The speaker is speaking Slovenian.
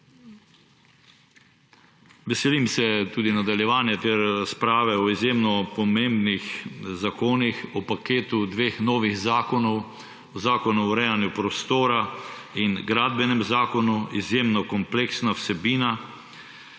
Veselim se tudi nadaljevanja te razprave o izjemno pomembnih zakonih, o paketu dveh novih zakonov, zakona o urejanju prostora in gradbenem zakonu. Izjemno kompleksna vsebina.